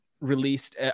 released